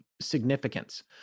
significance